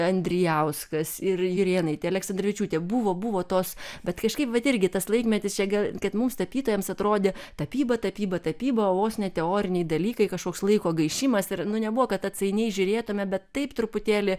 andrijauskas ir jurėnaitė aleksandravičiūtė buvo buvo tos bet kažkaip vat irgi tas laikmetis čia gal kad mūsų tapytojams atrodė tapyba tapyba tapyba vos ne teoriniai dalykai kažkoks laiko gaišimas ir nu nebuvo kad atsainiai žiūrėtume bet taip truputėlį